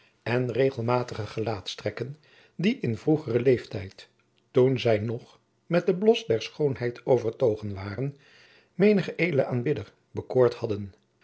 en regelmatige gelaatstrekken die in vroegeren leeftijd toen zij jacob van lennep de pleegzoon nog met den blos der schoonheid overtogen waren menigen edelen aanbidder bekoord hadden